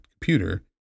computer